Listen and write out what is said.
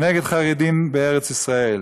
נגד חרדים בארץ-ישראל.